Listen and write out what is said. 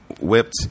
whipped